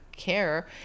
care